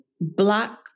black